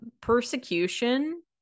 persecution